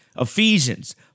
Ephesians